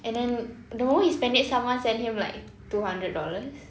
and then the moment he sent it someone sent him like two hundred dollars